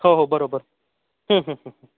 हो हो बरोबर हं हं हं